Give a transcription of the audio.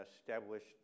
established